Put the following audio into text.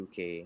uk